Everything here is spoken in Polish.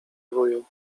wuju